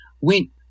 went